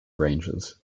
ranges